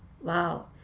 wow